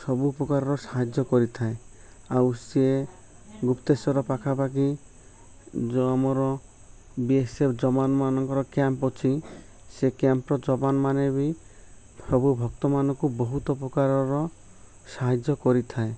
ସବୁ ପ୍ରକାରର ସାହାଯ୍ୟ କରିଥାଏ ଆଉ ସିଏ ଗୁପ୍ତେଶ୍ୱର ପାଖାପାଖି ଯେଉଁ ଆମର ବି ଏସ୍ ଏଫ୍ ଯବାନମାନଙ୍କର କ୍ୟାମ୍ପ୍ ଅଛି ସେ କ୍ୟାମ୍ପ୍ର ଯବାନମାନେ ବି ସବୁ ଭକ୍ତମାନଙ୍କୁ ବହୁତ ପ୍ରକାରର ସାହାଯ୍ୟ କରିଥାଏ